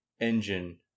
engine